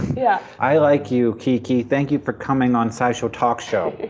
yeah i like you, kiki. thank you for coming on scishow talk show.